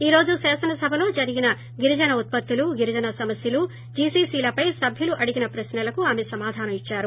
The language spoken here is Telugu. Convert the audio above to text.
ఈ రోజు శాసన సభలో గిరిజన ఉత్పత్తులు గిరిజన సమస్యలు జీసీసీల పై సభ్యులు అడిగిన ప్రక్నలకు ఆమె సమాధానం ఇచ్చారు